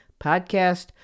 podcast